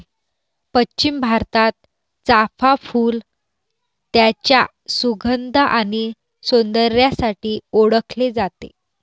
पश्चिम भारतात, चाफ़ा फूल त्याच्या सुगंध आणि सौंदर्यासाठी ओळखले जाते